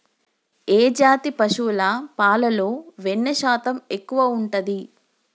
ఏ జాతి పశువుల పాలలో వెన్నె శాతం ఎక్కువ ఉంటది?